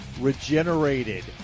regenerated